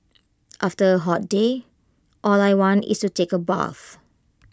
after A hot day all I want is to take A bath